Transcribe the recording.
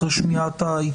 אחרי שמיעת ההתייחסות,